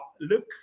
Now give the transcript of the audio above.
look